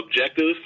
objective